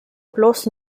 bloß